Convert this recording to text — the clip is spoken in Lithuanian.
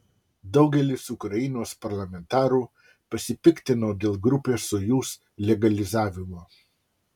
daugelis ukrainos parlamentarų pasipiktino dėl grupės sojuz legalizavimo